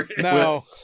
no